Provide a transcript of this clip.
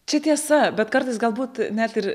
čia tiesa bet kartais galbūt net ir